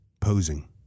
Posing